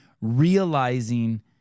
realizing